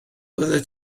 oeddet